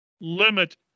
limit